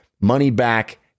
money-back